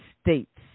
states